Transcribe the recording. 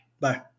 Bye